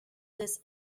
this